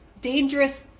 dangerous